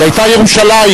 היא היתה ירושלים.